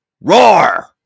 Roar